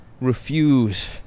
refuse